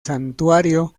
santuario